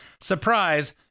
Surprise